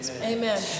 Amen